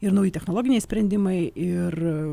ir nauji technologiniai sprendimai ir